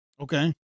Okay